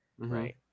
Right